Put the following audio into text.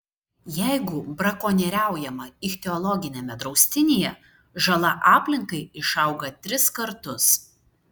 jeigu brakonieriaujama ichtiologiniame draustinyje žala aplinkai išauga tris kartus